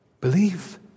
Believe